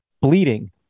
bleeding